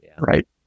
right